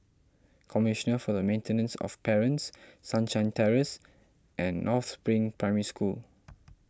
Commissioner for the Maintenance of Parents Sunshine Terrace and North Spring Primary School